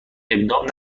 ابداع